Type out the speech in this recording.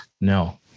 No